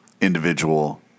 individual